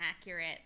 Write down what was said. accurate